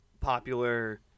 popular